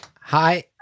Hi